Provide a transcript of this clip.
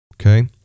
Okay